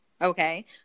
Okay